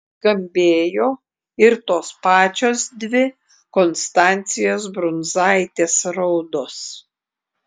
skambėjo ir tos pačios dvi konstancijos brundzaitės raudos